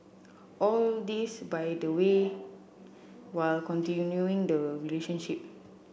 all this by the way while continuing the relationship